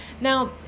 Now